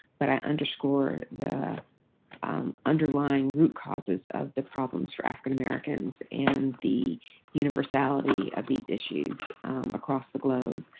but i underscore the underlying root causes of the problems for african-americans and the universality of these issues across the globe.